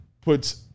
puts